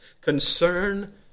concern